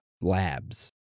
Labs